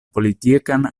politikan